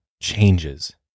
changes